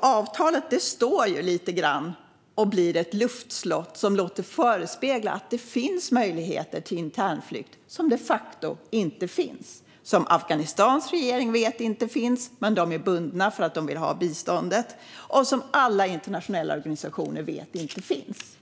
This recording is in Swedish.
Avtalet blir lite grann av ett luftslott som låter förespegla att det finns möjligheter till internflykt som de facto inte finns. Afghanistans regering vet att de inte finns, men man är bunden för att man vill ha biståndet, och alla internationella organisationer vet att de inte finns.